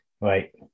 Right